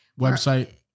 website